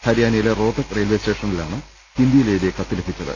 ഹരിയാനയിലെ റോത്തക്ക് റെയിൽവേ സ്റ്റേഷനിലാണ് ഹിന്ദിയിൽ എഴുതിയ കത്ത് ലഭിച്ചത്